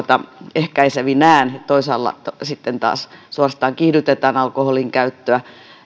ehkäisevinään toisaalla sitten taas suorastaan kiihdytetään alkoholinkäyttöä